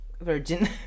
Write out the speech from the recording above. virgin